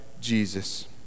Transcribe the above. Jesus